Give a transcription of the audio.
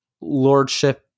lordship